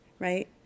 right